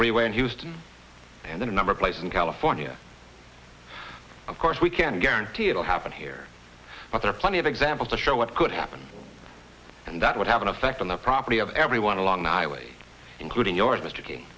freeway and he was done and then another place in california of course we can't guarantee it'll happen here but there are plenty of examples to show what could happen and that would have an effect on the property of everyone along the highway including yours mr k